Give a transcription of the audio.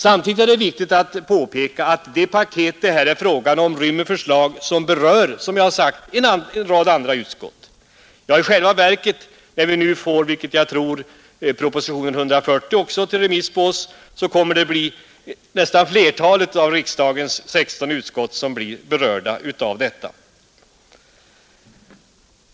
Samtidigt är det viktigt att påpeka att de paket det här är fråga om rymmer förslag vilka — som jag tidigare sagt — berör en rad andra utskott. När vi nu får även propositionen 140 på remiss, kommer nästan flertalet av riksdagens 16 utskott att bli berörda.